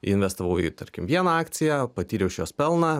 investavau į tarkim vieną akciją patyriau iš jos pelną